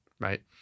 Right